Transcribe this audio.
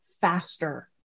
faster